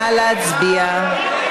נא להצביע.